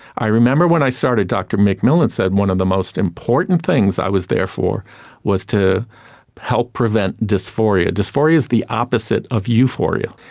i remember when i started, dr mcmillen said one of the most important things i was there for was to help prevent dysphoria. dysphoria is the opposite of euphoria,